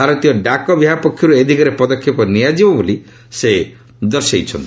ଭାରତୀୟ ଡାକ ବିଭାଗ ପକ୍ଷର୍ ଏ ଦିଗରେ ପଦକ୍ଷେପ ନିଆଯିବ ବୋଲି ସେ ଜଣାଇଛନ୍ତି